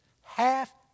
Half